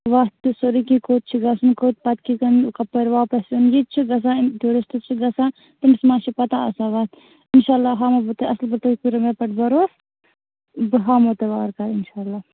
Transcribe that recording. وَتھ تہٕ سورُے کیٚنٛہہ کوٚت چھُ گَژھُن کوٚت پَتہٕ کِتھٕ کٔنۍ کَپٲرۍ واپَس یُن یِتہِ چھُ گَژھان یِم ٹوٗرسٹہٕ چھُ گَژھان تٔمِس ما چھِ پَتاہ آسان وَتھ اِنشاء اللہ ہاوہَو بہٕ تۄہہِ اَصٕل پٲٹھۍ تُہۍ کٔرِو مےٚ پیٚٹھ بَروس بہٕ ہاوہَو تۄہہِ وارٕ کار اِنشاء اللہ